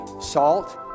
salt